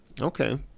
Okay